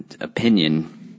opinion